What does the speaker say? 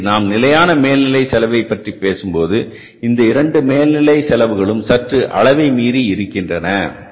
எனவே நாம் நிலையான மேல்நிலை செலவைப் பற்றி பேசும்போது இந்த இரண்டு மேல்நிலை செலவுகளும் சற்று அளவை மீறி இருக்கின்றன